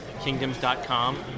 Kingdoms.com